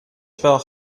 spel